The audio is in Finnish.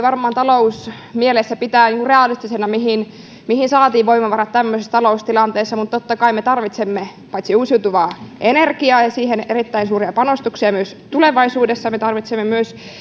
varmaan talousmielessä voi pitää realistisena tätä kahta terawattituntia mihin saatiin voimavarat tämmöisessä taloustilanteessa mutta totta kai paitsi että me tarvitsemme uusiutuvaa energiaa ja siihen erittäin suuria panostuksia myös tulevaisuudessa me tarvitsemme myös